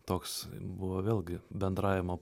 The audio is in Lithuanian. toks buvo vėlgi bendravimo